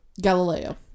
Galileo